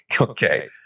Okay